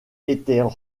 étaient